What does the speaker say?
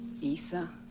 Isa